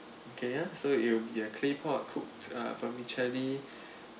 okay ah so it'll be a claypot cooked uh vermicelli